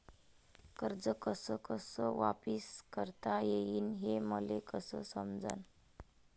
कर्ज कस कस वापिस करता येईन, हे मले कस समजनं?